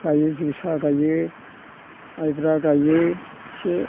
गायो जोसा गायो माइब्रा गायो एसे